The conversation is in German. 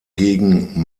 gegen